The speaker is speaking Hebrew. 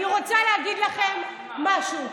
אני רוצה להגיד לכם משהו: